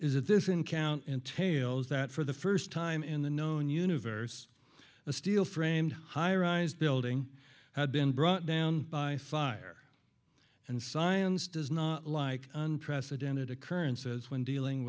that this encounter entails that for the first time in the known universe a steel framed high rise building had been brought down by fire and science does not like unprecedented occurrences when dealing